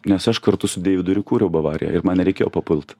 nes aš kartu su deividu ir įkūriau bavariją ir man nereikėjo papult